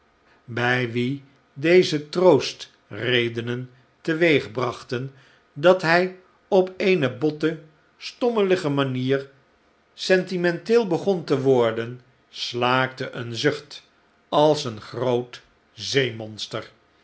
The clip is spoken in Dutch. bij wien deze troostredenen teweegbrachten dat hij op eene botte stommelige manier sentimenteel begon te worden slaakte een zucht als een groot